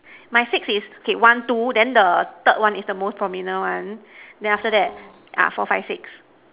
my six is okay one two then the third one is the most prominent one then after that ah four five six